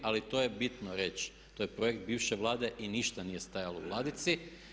Ali to je bitno reći, to je projekt bivše Vlade i ništa nije stajalo u ladici.